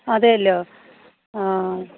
അതെയല്ലോ ആ ആ